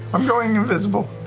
i'm going invisible.